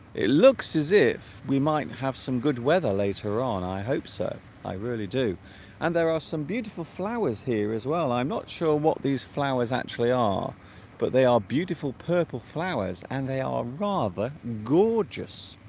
it looks as if we might have some good weather later on i hope so i really do and there are some beautiful flowers here as well i'm not sure what these flowers actually are but they are beautiful purple flowers and they are rather gorgeous